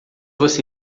você